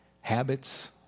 habits